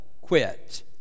quit